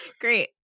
great